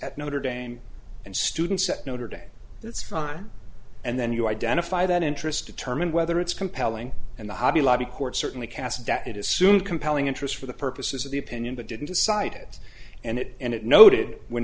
at notre dame and students at notre dame that's fine and then you identify that interest determine whether it's compelling and the hobby lobby court certainly cast that it is soon compelling interest for the purposes of the opinion but didn't decide it and it and it noted when